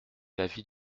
l’avis